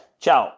Ciao